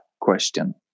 question